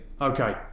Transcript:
Okay